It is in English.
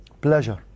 pleasure